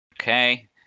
Okay